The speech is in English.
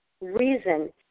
reason